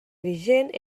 vigent